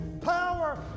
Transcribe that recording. power